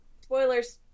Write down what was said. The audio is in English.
Spoilers